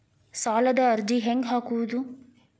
ಸಾಲದ ಅರ್ಜಿ ಹೆಂಗ್ ಹಾಕುವುದು?